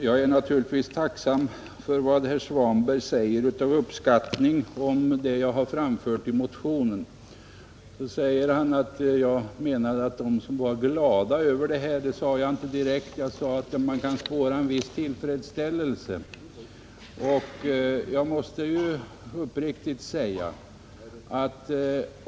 Herr talman! Jag är tacksam över herr Svanbergs uppskattande ord om vad jag har framfört i motionen. Jag har inte sagt att utskottets ledamöter var glada över motionen, utan jag sade att man kan spåra en viss tillfredsställelse.